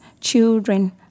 children